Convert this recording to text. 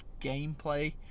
gameplay